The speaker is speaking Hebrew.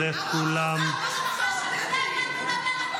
ואפשר אפילו לנסות להדיח את יו"ר ועדת חוץ וביטחון,